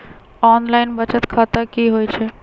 Online बचत खाता की होई छई?